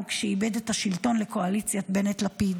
כשאיבד את השלטון לקואליציית בנט-לפיד.